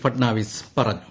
ഫഡ് നാവിസ് പറഞ്ഞു